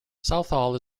southall